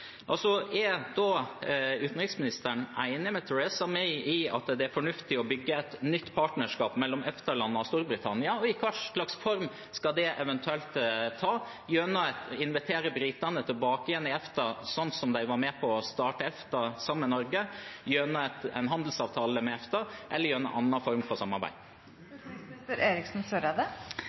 Er utenriksministeren enig med Theresa May i at det er fornuftig å bygge et nytt partnerskap mellom EFTA-landene og Storbritannia? Og hva slags form skal det eventuelt ta? Skal det skje gjennom å invitere britene tilbake til EFTA, slik de var med på å starte EFTA, sammen med Norge, gjennom en handelsavtale med EFTA eller gjennom andre former for